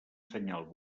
senyal